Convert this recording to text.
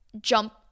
jump